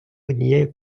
однією